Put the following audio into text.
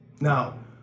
now